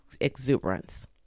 exuberance